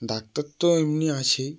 doctor তো এমনি আছেই